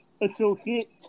associate